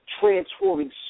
transforming